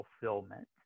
fulfillment